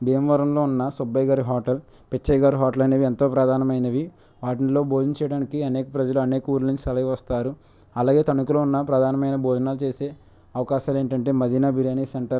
భీమవరంలో ఉన్న సుబ్బయ్య గారి హోటల్ పిచ్చయ్య గారి హోటల్ అనేవి ఎంతో ప్రధానమైనవి వాటిలో భోజనం చేయడానికి అనేక ప్రజలు అనేక ఊర్ల నుంచి సదురుగా వస్తారు అలాగే తణుకులో ఉన్న ప్రధానమైన భోజనాలు చేసే అవకాశాలు ఏంటంటే మదీనా బిర్యానీ సెంటర్